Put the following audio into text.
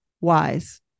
wise